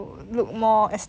look more aesthetic